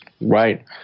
Right